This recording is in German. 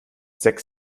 sechs